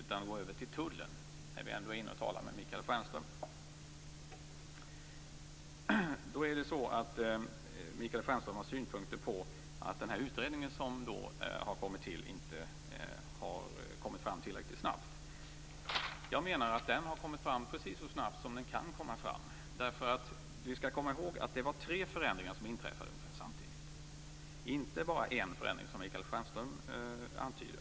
Låt oss gå över till Tullen, eftersom jag ändå talar med Michael Stjernström. Michael Stjernström har synpunkter på att utredningen inte har kommit fram tillräckligt snabbt. Jag menar att den har kommit fram precis så snabbt som den kunnat. Vi skall komma ihåg att det var tre förändringar som inträffade ungefär samtidigt - inte bara en förändring, som Michael Stjernström antyder.